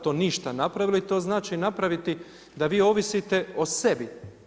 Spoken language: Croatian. To ništa napravili, to znači napraviti da vi ovisite o sebi.